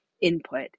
input